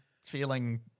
feeling